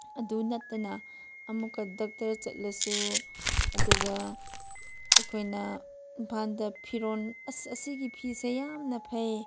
ꯑꯗꯨ ꯅꯠꯇꯅ ꯑꯃꯨꯛꯀ ꯗꯛꯇꯔ ꯆꯠꯂꯁꯨ ꯑꯗꯨꯒ ꯑꯩꯈꯣꯏꯅ ꯏꯝꯐꯥꯜꯗ ꯐꯤꯔꯣꯜ ꯑꯁ ꯑꯁꯤꯒꯤ ꯐꯤꯁꯦ ꯌꯥꯝꯅ ꯐꯩ